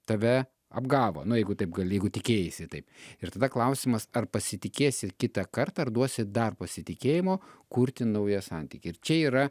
tave apgavo no jeigu taip gali jeigu tikėjaisi taip ir tada klausimas ar pasitikėsi kitą kartą ar duosi dar pasitikėjimo kurti naują santykį ir čia yra